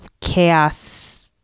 chaos